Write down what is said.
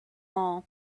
all